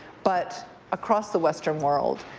but across the western world.